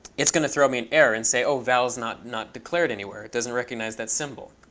it's going to throw me an error and say, oh, val is not not declared anywhere. it doesn't recognize that symbol.